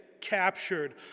captured